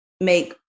make